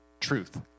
truth